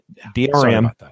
drm